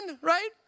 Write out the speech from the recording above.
right